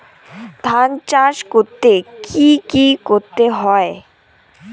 ধান চাষ করতে কি কি করতে হয়?